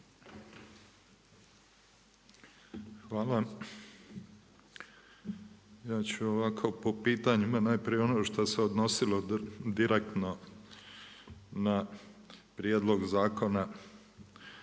Hvala. Ja ću ovako po pitanjima, najprije ono što se odnosilo direktno na prijedlog zakona.